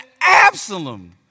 Absalom